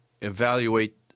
evaluate